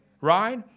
right